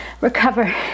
Recover